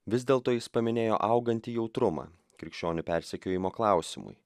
vis dėlto jis paminėjo augantį jautrumą krikščionių persekiojimo klausimui